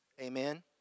Amen